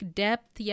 depth